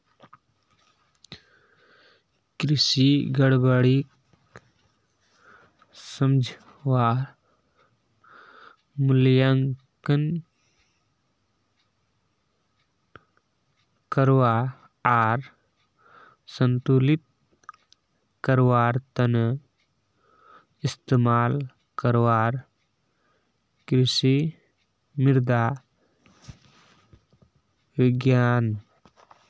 कृषि गड़बड़ीक समझवा, मूल्यांकन करवा आर संतुलित करवार त न इस्तमाल करवार कृषि मृदा विज्ञान